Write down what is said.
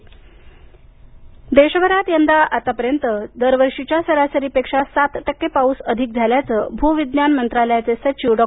पाऊस देशभरात यंदा आतापर्यंत दरवर्षीच्या सरासरी पेक्षा सात टक्के अधिक पाऊस झाल्याचं भूविज्ञान मंत्रालयाचे सचिव डॉ